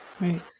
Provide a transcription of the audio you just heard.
Right